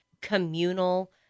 communal